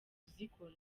kuzikora